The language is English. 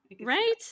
right